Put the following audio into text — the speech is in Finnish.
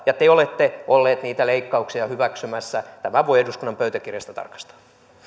ja te olette ollut niitä leikkauksia hyväksymässä tämän voi eduskunnan pöytäkirjasta tarkastaa